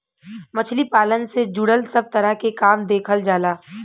मछली पालन से जुड़ल सब तरह के काम देखल जाला